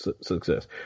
success